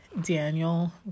Daniel